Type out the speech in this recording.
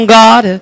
god